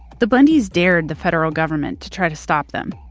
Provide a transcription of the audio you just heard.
the bundys dared the federal government to try to stop them.